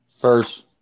first